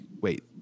wait